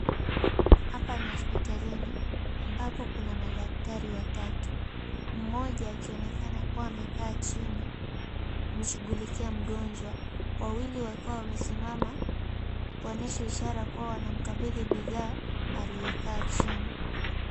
Hapa ni hospitalini ambapo kuna madaktari watatu. Mmoja akionekana kuwa amekaa chini kumshughulikia mgonjwa, wawili wakiwa wamesimama, kuonyesha ishara kuwa wanamkabidhi bidhaa aliyekaa chini.